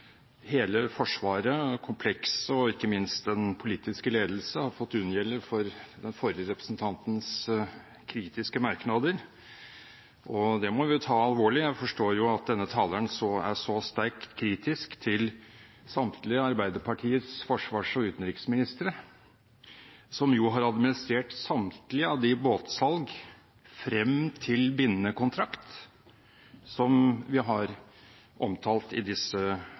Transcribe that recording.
hele Forsvaret, komplekset, og ikke minst den politiske ledelse har fått unngjelde for den forrige representantens kritiske merknader. Det må vi ta alvorlig. Jeg forstår det slik at denne taleren er sterkt kritisk til samtlige av Arbeiderpartiets forsvarsministre og utenriksministre, som jo har administrert samtlige av de båtsalg frem til bindende kontrakt som vi har omtalt i